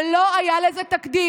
ולא היה לזה תקדים.